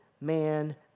man